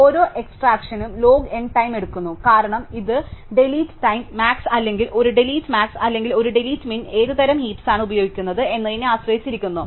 ഓരോ എക്സ്ട്രാക്ഷനും log n time എടുക്കുന്നു കാരണം ഇത് ഡിലീറ്റ് ടൈം മാക്സ് അല്ലെങ്കിൽ ഒരു ഡിലീറ്റ് മാക്സ് അല്ലെങ്കിൽ ഒരു ഡിലീറ്റ് മിൻ ഏത് തരം ഹീപ്സാണ് ഉപയോഗിക്കുന്നത് എന്നതിനെ ആശ്രയിച്ചിരിക്കുന്നു